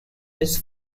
his